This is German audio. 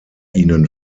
ihnen